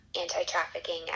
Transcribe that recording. anti-trafficking